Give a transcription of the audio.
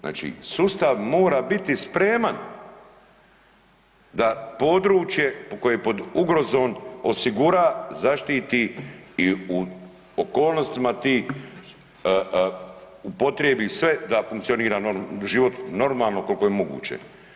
Znači sustav mora biti spreman da područje koje je pod ugrozom osigura, zaštititi i u okolnostima tim upotrijebi sve da funkcionira život normalno koliko je moguće.